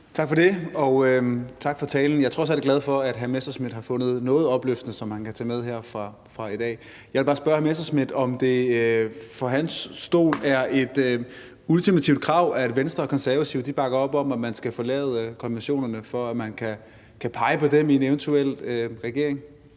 for det, og tak for talen. Jeg er trods alt glad for, at hr. Morten Messerschmidt har fundet noget opløftende, som han kan tage med her fra i dag. Jeg vil bare spørge hr. Morten Messerschmidt, om det set fra hans stol er et ultimativt krav, at Venstre og Konservative bakker op om, at man skal forlade konventionerne, for at man kan pege på dem ien eventuel regering.